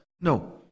No